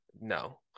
No